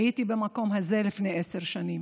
הייתי במקום הזה לפני עשר שנים,